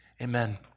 amen